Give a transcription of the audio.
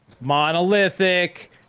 monolithic